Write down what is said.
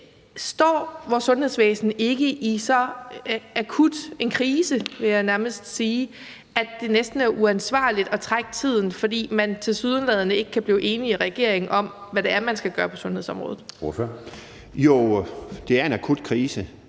Står vores sundhedsvæsen ikke i så akut en krise, vil jeg nærmest sige, at det næsten er uansvarligt at trække tiden, fordi man tilsyneladende ikke kan blive enige om i regeringen, hvad det er, man skal gøre på sundhedsområdet? Kl. 10:54 Anden næstformand